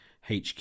HQ